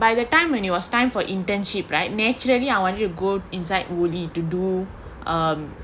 by the time when it was time for internship right naturally I wanted to go inside Woolie to do um